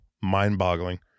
mind-boggling